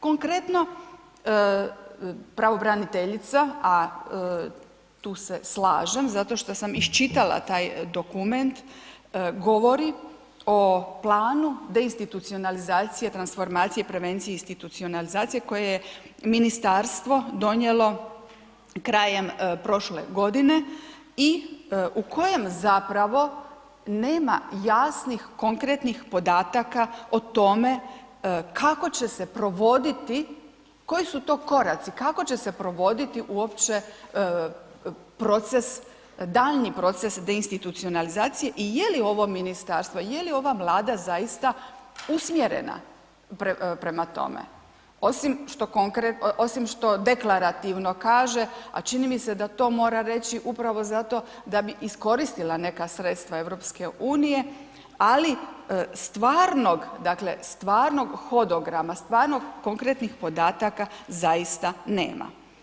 Konkretno, pravobraniteljica a tu se slažem, zato što sam iščitala taj dokument, govori o planu deinstitucionalizacije, transformacije, prevencije i institucionalizacije koje je ministarstvo donijelo krajem prošle godine i u kojem zapravo nema jasnih konkretnih podataka o tome kako će se provoditi, koji su to koraci, kako će se provoditi uopće proces, daljnji proces deinstitucionalizacije i je li ovo ministarstvo, je li ova Vlada zaista usmjerena prema tome osim što deklarativno kaže a čini mi se da to mora reći upravo zato da bi iskoristila neka sredstva EU-a ali stvarnog, dakle stvarnog hodograma, stvarnih konkretnih podataka zaista nema.